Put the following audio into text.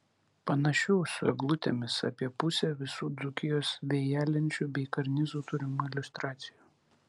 panašių su eglutėmis apie pusė visų dzūkijos vėjalenčių bei karnizų turimų iliustracijų